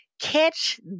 catch